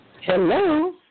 Hello